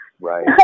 right